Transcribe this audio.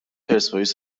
پرسپولیس